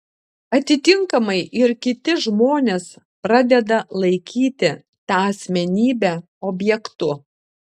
atitinkamai ir kiti žmonės pradeda laikyti tą asmenybę objektu